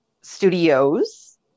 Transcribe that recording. studios